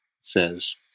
says